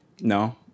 No